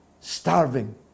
starving